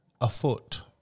afoot